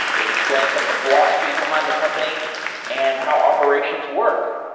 it explain some of the philosophies behind the company and how operations work.